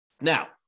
Now